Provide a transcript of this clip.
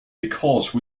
because